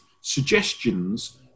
suggestions